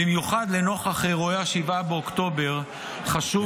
במיוחד נוכח אירועי 7 באוקטובר חשוב